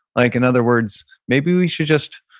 like in other words maybe we should just